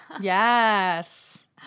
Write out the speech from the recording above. Yes